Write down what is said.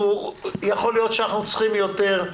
יכול להיות שאנחנו צריכים יותר,